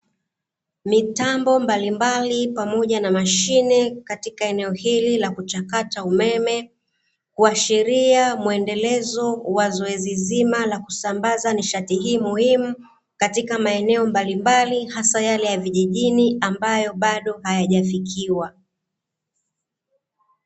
Mitambo mbalimbali pamoja na mashine katika eneo hili lakuchakata umeme huashiria mwendelezo wa zoezi zima la kusambaza nishati hii muhimu katika maeneo mbalimbali hasa yale ya vijijini ambayo bado hayajafikiwa.